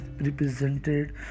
represented